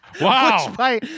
Wow